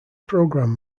program